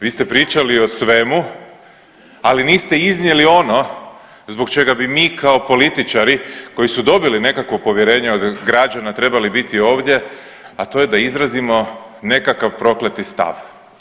Vi ste pričali o svemu, ali niste iznijeli ono zbog čega bi mi kao političari koji su dobili nekakvo povjerenje od građana trebali biti ovdje, a to je da izrazimo nekakav prokleti stav.